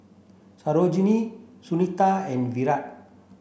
Sarojini Sunita and Virat